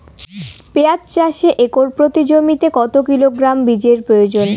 পেঁয়াজ চাষে একর প্রতি জমিতে কত কিলোগ্রাম বীজের প্রয়োজন?